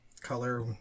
color